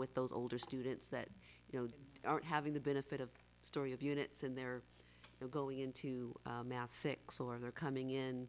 with those older students that you know aren't having the benefit of story of units and they're going into math six or they're coming in